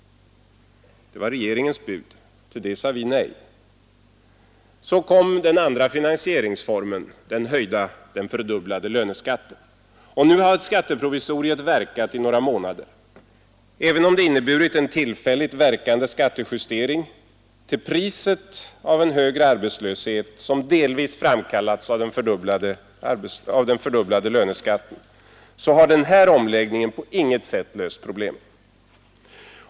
Det var regeringens bud. Till det sade vi nej. Så kom förslaget om den andra finansieringsformen den fördubblade löneskatten. Nu har s der. Även om det inneburit en tillfälligt verkande skattejustering — till katteprovisoriet verkat i några måna priset av en högre arbetslöshe löneskatten — har den omläggningen inte på något sätt löst problemen.